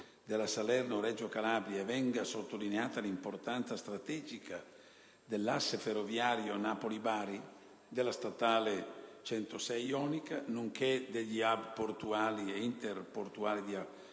della Salerno-Reggio Calabria e venga sottolineata l'importanza strategica dell'asse ferroviario Napoli-Bari, della statale 106 Ionica, nonché degli *hub* portuali e interportuali di